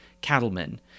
cattlemen